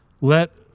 let